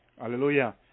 hallelujah